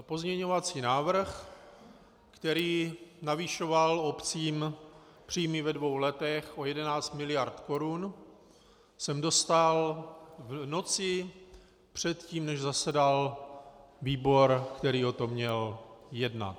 Pozměňovací návrh, který navyšoval obcím příjmy ve dvou letech o 11 miliard korun, jsem dostal v noci předtím, než zasedal výbor, který o tom měl jednat.